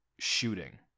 shooting